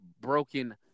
broken